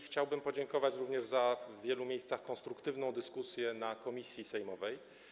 Chciałbym podziękować również za w wielu miejscach konstruktywną dyskusję na posiedzeniu komisji sejmowej.